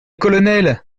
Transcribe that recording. colonel